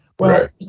Right